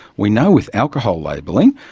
we know with alcohol labelling,